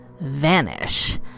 vanish